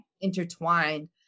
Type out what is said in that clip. intertwined